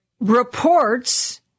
reports